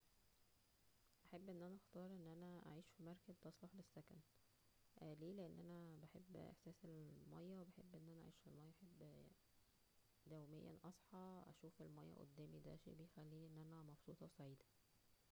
احب ان انا اختارو ان انا اعيش فى مركب, ليه لان انا بحب احساس الم- الماية وبحب ان انا اعيش فى الماية وبحب يوميا اصحى اشوف المايى ادامى دا شئ بخلينى مبسوطة ةسعيدة